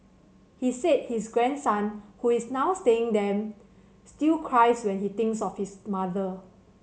he said his grandson who is now staying them still cries when he thinks of his mother